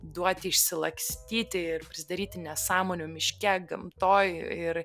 duoti išsilakstyti ir prisidaryti nesąmonių miške gamtoj ir